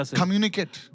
communicate